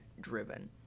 driven